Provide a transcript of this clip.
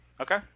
Okay